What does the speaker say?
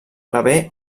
rebé